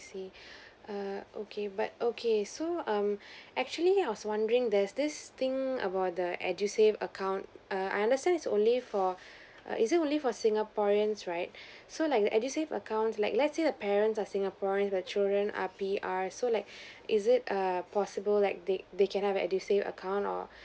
I see err okay but okay so um actually I was wondering there's this thing about the edusave account err I understand it's only for err is it only for singaporeans right so like the edusave account like let's say the parents are singaporean the children are P_R so like is it err possible like they they can have edusave account or